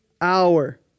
hour